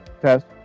Test